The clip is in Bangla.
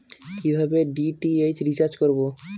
কিভাবে ডি.টি.এইচ রিচার্জ করব?